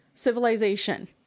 civilization